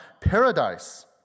paradise